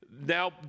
now